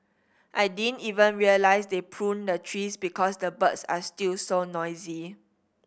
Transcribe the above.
I didn't even realise they pruned the trees because the birds are still so noisy